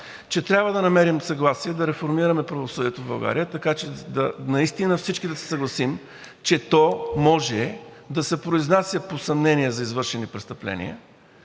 че трябва да намерим съгласие да реформираме правосъдието в България, така че всички да се съгласим, че то може да се произнася по съмнения за извършени престъпления,